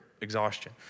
exhaustion